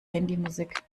handymusik